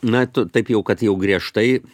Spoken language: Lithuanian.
na t taip jau kad jau griežtai